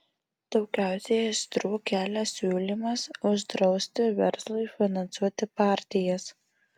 daugiausiai aistrų kelia siūlymas uždrausti verslui finansuoti partijas